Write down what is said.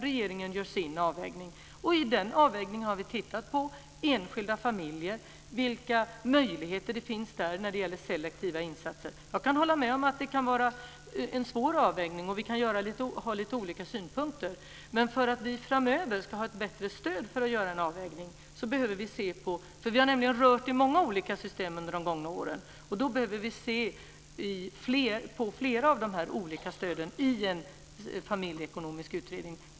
Regeringen gör sin avvägning, och i den avvägningen har vi tittat på enskilda familjer och vilka möjligheter det finns där till selektiva insatser. Jag kan hålla med om att det kan vara en svår avvägning och att vi kan ha lite olika synpunkter. Men för att vi framöver ska ha ett bättre stöd för att göra en avvägning - vi har nämligen rört i många olika system under de gångna åren - behöver vi se över flera av de olika stöden i en familjeekonomisk utredning.